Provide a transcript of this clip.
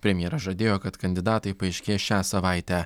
premjeras žadėjo kad kandidatai paaiškės šią savaitę